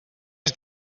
has